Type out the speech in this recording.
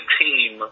team